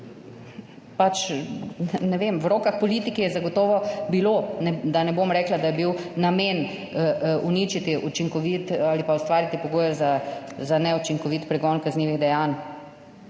nekako, ne vem, v rokah politike je zagotovo bilo, da ne bom rekla, da je bil namen uničiti učinkovit ali pa ustvariti pogoje za neučinkovit pregon kaznivih dejanj.